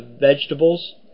vegetables